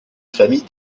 famille